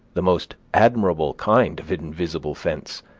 the most admirable kind of invisible fence,